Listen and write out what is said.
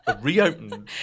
reopen